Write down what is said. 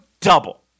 double